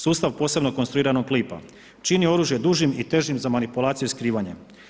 Sustav posebno konstruiranog klipa čini oružje dužim i težim za manipulaciju i skrivanje.